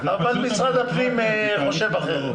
אבל משרד הפנים חושב אחרת.